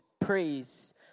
praise